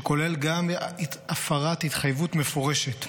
שכולל גם הפרת התחייבות מפורשת.